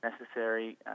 necessary